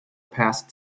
passed